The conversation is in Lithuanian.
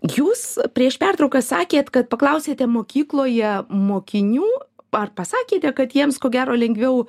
jūs prieš pertrauką sakėt kad paklausėte mokykloje mokinių ar pasakėte kad jiems ko gero lengviau